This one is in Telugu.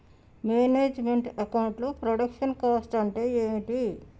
మేనేజ్ మెంట్ అకౌంట్ లో ప్రొడక్షన్ కాస్ట్ అంటే ఏమిటి?